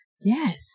Yes